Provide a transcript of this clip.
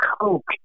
coke